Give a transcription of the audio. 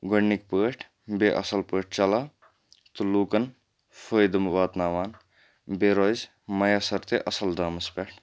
گۄڈنِکۍ پٲٹھۍ بیٚیہِ اَصٕل پٲٹھۍ چَلان تہٕ لوٗکَن فٲیدٕ واتناوان بیٚیہِ روزِ میَسر تہِ اَصٕل دامَس پٮ۪ٹھ